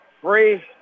Free